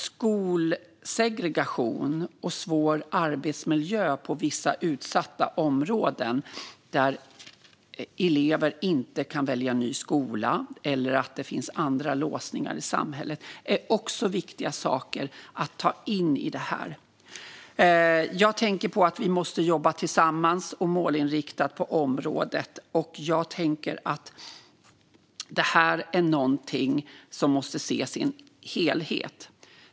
Skolsegregation och svår arbetsmiljö i vissa utsatta områden där elever inte kan välja ny skola eller att det finns andra låsningar i samhället är också viktiga saker att ta in i detta. Vi måste jobba tillsammans och målinriktat på området. Detta är också någonting som måste ses som en helhet.